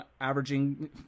averaging